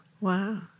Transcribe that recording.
Wow